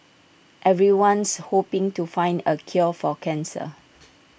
everyone's hoping to find the cure for cancer